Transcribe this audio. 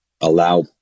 allow